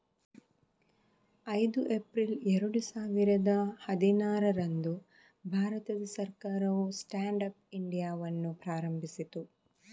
ಐದು ಏಪ್ರಿಲ್ ಎರಡು ಸಾವಿರದ ಹದಿನಾರರಂದು ಭಾರತ ಸರ್ಕಾರವು ಸ್ಟ್ಯಾಂಡ್ ಅಪ್ ಇಂಡಿಯಾವನ್ನು ಪ್ರಾರಂಭಿಸಿತು